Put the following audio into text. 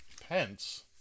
Pence